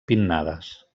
pinnades